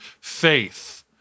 faith